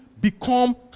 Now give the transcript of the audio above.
become